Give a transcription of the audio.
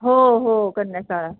हो हो कन्या शाळा